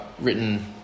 written